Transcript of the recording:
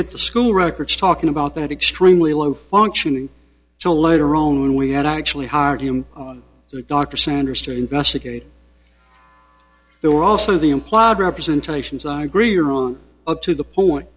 at the school records talking about that extremely low functioning so later on when we had actually hired him dr sanders to investigate there were also the implied representations i agree are on up to the point